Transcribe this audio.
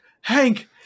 Hank